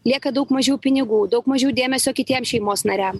lieka daug mažiau pinigų daug mažiau dėmesio kitiem šeimos nariam